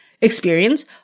experience